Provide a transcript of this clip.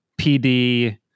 PD